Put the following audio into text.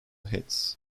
hits